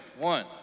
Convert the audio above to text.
one